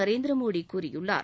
நரேந்திரமோடிகூறியுள்ளார்